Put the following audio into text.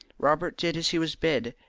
robert did as he was bid,